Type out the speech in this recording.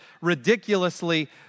ridiculously